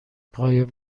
قایم